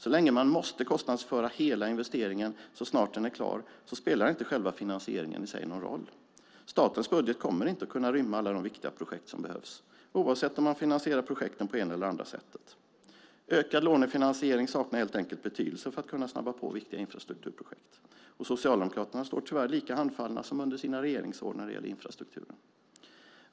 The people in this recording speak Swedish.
Så länge man måste kostnadsföra hela investeringen så snart den är klar spelar inte själva finansieringen i sig någon roll. Statens budget kommer inte att kunna rymma alla de viktiga projekt som behövs, oavsett om man finansierar projekten på ena eller andra sättet. Ökad lånefinansiering saknar helt enkelt betydelse för att kunna snabba på viktiga infrastrukturprojekt, och Socialdemokraterna står tyvärr lika handfallna som under sina regeringsår när det gäller infrastrukturen.